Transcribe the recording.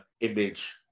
image